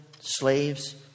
slaves